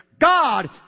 God